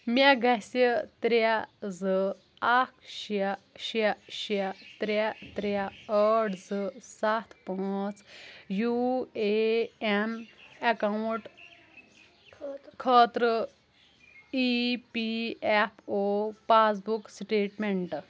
مےٚ گٔژھہِ ترٛےٚ زٕ اکھ شیٚے شیٚے شیٚے ترٛےٚ ترٛےٚ ٲٹھ زٕ ستھ پانٛژھ یو اے این اکاؤنٹ خٲطرٕ E P F O passbook statement